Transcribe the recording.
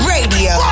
Radio